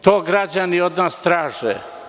To građani od nas traže.